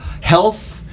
health